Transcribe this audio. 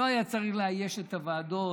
לא היה צריך לאייש את הוועדות.